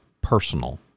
personal